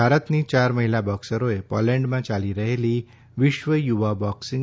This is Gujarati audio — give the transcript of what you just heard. ભારતની ચાર મહિલા બોક્સરોએ પોલેન્ડમાં ચાલી રહેલી વિશ્વ યુવા બોક્સિંગ